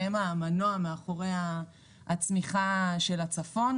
שהם המנוע מאחורי הצמיחה של הצפון,